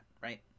Right